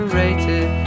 rated